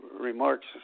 remarks